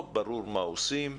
לא ברורים מה עושים.